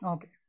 Okay